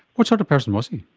what sort of person was he?